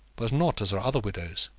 but not as are other widows.